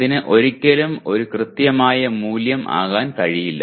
അതിന് ഒരിക്കലും ഒരു കൃത്യമായ മൂല്യം ആകാൻ കഴിയില്ല